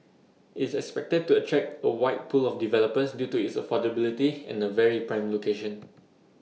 IT is expected to attract A wide pool of developers due to its affordability and A very prime location